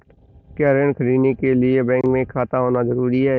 क्या ऋण ख़रीदने के लिए बैंक में खाता होना जरूरी है?